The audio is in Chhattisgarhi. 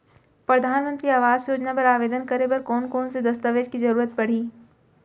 परधानमंतरी आवास योजना बर आवेदन करे बर कोन कोन से दस्तावेज के जरूरत परही?